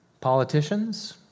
Politicians